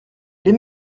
les